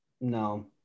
no